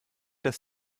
das